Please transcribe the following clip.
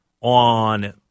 on